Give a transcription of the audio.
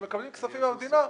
שמקבלות כספים מהמדינה,